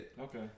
Okay